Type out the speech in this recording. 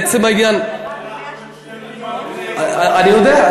הערה אחת, רק בעניין של, אני יודע.